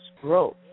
growth